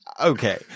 Okay